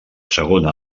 segona